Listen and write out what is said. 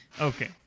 Okay